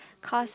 cause